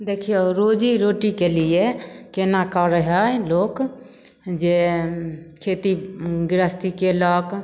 देखियौ रोजी रोटीके लिए केना करय हइ लोक जे खेती गृहस्थी कयलक